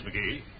McGee